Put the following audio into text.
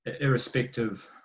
irrespective